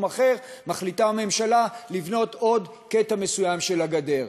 אחר מחליטה הממשלה לבנות עוד קטע מסוים של הגדר.